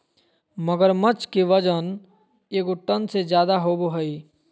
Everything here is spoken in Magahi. मगरमच्छ के वजन एगो टन से ज्यादा होबो हइ